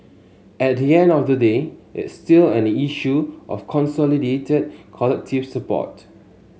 at the end of the day it's still an issue of consolidated collective support